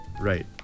Right